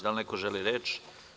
Da li neko želi reč?